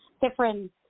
different